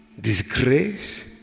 Disgrace